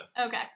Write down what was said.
Okay